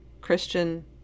Christian